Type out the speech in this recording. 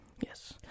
yes